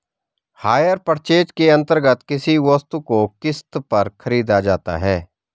higher purchase के अंतर्गत किसी वस्तु को किस्त पर खरीदा जाता है